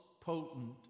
potent